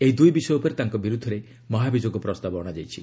ଏହି ଦୁଇ ବିଷୟ ଉପରେ ତାଙ୍କ ବିରୁଦ୍ଧରେ ମହାଭିଯୋଗ ପ୍ରସ୍ତାବ ଅଣାଯାଇଛି